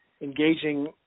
engaging